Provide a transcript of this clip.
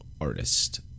artist